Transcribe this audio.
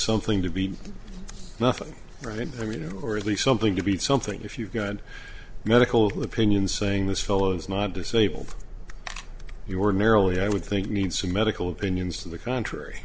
something to be nothing right i mean or at least something to be something if you've got medical opinion saying this fellow is not disabled you are merrily i would think you need some medical opinions to the contr